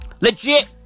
Legit